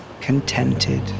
contented